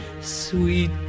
Sweet